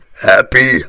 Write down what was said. Happy